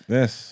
Yes